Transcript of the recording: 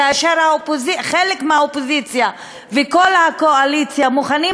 כאשר חלק מהאופוזיציה וכל הקואליציה מוכנים